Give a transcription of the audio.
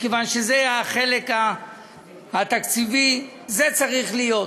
מכיוון שזה החלק התקציבי, זה צריך להיות.